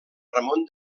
ramon